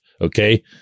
okay